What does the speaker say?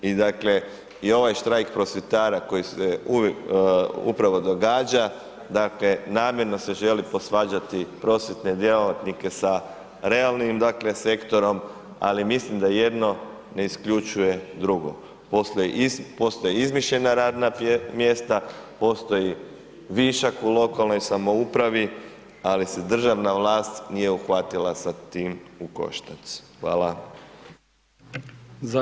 I dakle i ovaj štrajk prosvjetara koji se upravo događa, dakle namjerno se želi posvađati prosvjetne djelatnike sa realnim sektorom ali mislim da jedno ne isključuje drugo, postoje izmišljena radna mjesta, postoji višak u lokalnoj samoupravi ali se državna vlasti nije uhvatila sa tim u koštac, hvala.